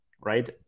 right